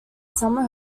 summer